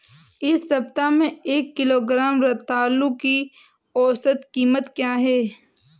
इस सप्ताह में एक किलोग्राम रतालू की औसत कीमत क्या है?